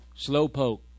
slowpoke